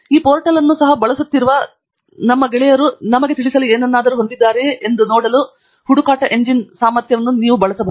ಈ ಪೋರ್ಟಲ್ ಅನ್ನು ಸಹ ಬಳಸುತ್ತಿರುವ ನಮ್ಮ ಗೆಳೆಯರು ನಮಗೆ ತಿಳಿಸಲು ಏನನ್ನಾದರೂ ಹೊಂದಿದೆಯೇ ಎಂದು ನೋಡಲು ಹುಡುಕಾಟ ಎಂಜಿನ್ ಸಾಮರ್ಥ್ಯಗಳನ್ನು ಸಹ ನೀವು ಬಳಸಬಹುದು